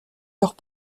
leurs